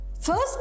First